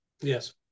Yes